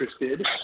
interested